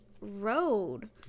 road